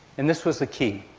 and this was the key.